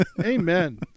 Amen